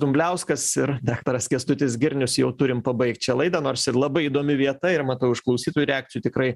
dumbliauskas ir daktaras kęstutis girnius jau turim pabaigt šią laidą nors ir labai įdomi vieta ir matau iš klausytojų reakcijų tikrai